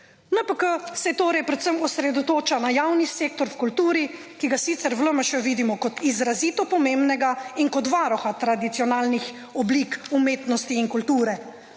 NPK se je torej predvsem osredotoča na javni sektor v kulturi, ki ga sicer v LMŠ vidimo kot izrazito pomembnega in kot varuha tradicionalnih oblik umetnosti in kulture,